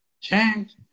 Change